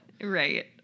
Right